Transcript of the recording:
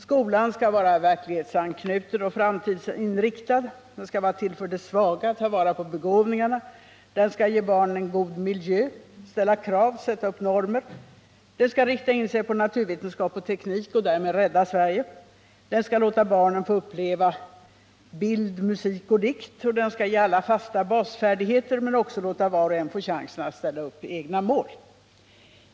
Skolan skall vara verklighetsanknuten och framtidsinriktad, den skall vara till för de svaga och ta vara på begåvningarna, den skall ge barnen en god miljö, ställa krav och sätta upp normer, den skall rikta in sig på naturvetenskap och teknik och därmed ”rädda Sverige”, den skall låta barnen få uppleva bild, musik och dikt, den skall ge alla fasta basfärdigheter, men också låta var och en få chansen att ställa upp egna mål.